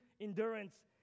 endurance